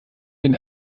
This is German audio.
den